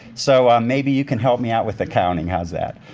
so maybe you can help me out with accounting, how's that?